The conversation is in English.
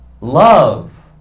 love